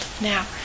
Now